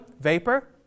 vapor